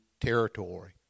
territory